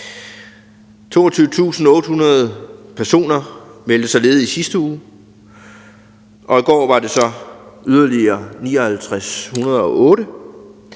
22.800 personer meldte sig ledige i sidste uge, og i går var det så yderligere 5.908.